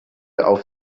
auf